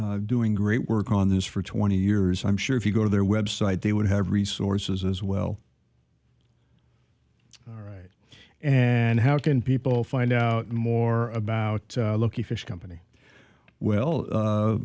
doing great work on this for twenty years i'm sure if you go to their website they would have resources as well right and how can people find out more about loki fish company well